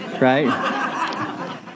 right